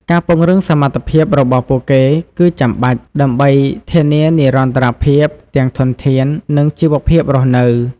ការពង្រឹងសមត្ថភាពរបស់ពួកគេគឺចាំបាច់ ដើម្បីធានានិរន្តរភាពទាំងធនធាន និងជីវភាពរស់នៅ។